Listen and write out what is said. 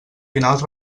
finals